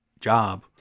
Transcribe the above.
job